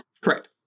correct